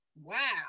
Wow